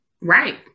Right